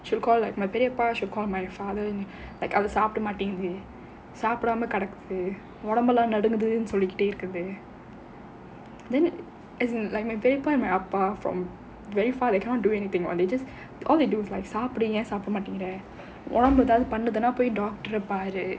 she will call like my parents she will call my father like அது சாப்பிட மாட்டேங்குது சாப்பிடாம கிடக்குது உடம்புலாம் நடுங்குதுனு சொல்லிட்டே இருக்குது:adhu saappida maattaenguthu saappidaama kidakkuthu udambulam nadunguthunu sollittae irukkuthu then as in like my பெரியப்பா:periyappaa and அப்பா:appa from very far like they cannot do anything [what] they just all they do is like சாப்பிடு ஏன் சாப்பிட மாட்டேங்குற உடம்பு ஏதாவது பண்ணுதுனா போய்:saappidu yaen saappida maattaengura udambu ethaavathu pannuthunaa poyi doctor ah பாரு:paaru